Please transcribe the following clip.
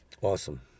Awesome